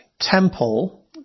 temple